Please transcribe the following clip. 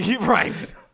right